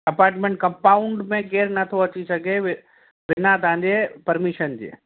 apartment compound में केरु नथो अची सघे वे बिना तव्हांजे परमीशन जे